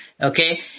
Okay